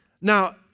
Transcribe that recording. Now